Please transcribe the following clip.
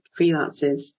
freelancers